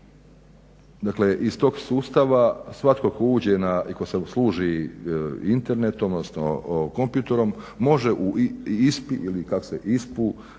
reći iz tog sustava svatko tko uđe na i tko se služi internetom odnosno kompjutorom može u ISPU, dakle